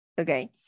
okay